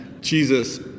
Jesus